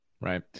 Right